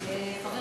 חבר